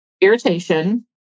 irritation